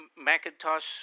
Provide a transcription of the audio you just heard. Macintosh